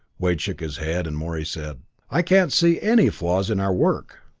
wade shook his head, and morey said i can't see any flaws in our work.